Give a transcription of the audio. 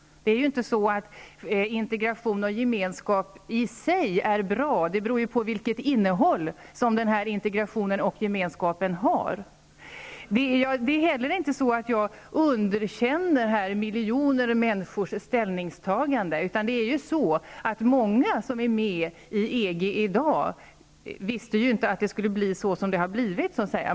Det är ju inte så att integration och gemenskap i sig är bra. Det beror ju på vilket innehåll integrationen och gemenskapen har. Jag underkänner inte miljoner människors ställningstaganden. Många som i dag är med i EG visste inte att det skulle bli som det blev.